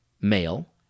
male